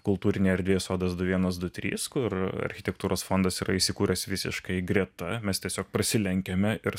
kultūrinėj erdvėj sodas du vienas du trys kur architektūros fondas yra įsikūręs visiškai greta mes tiesiog prasilenkiame ir